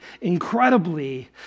incredibly